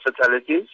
fatalities